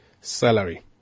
salary